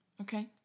Okay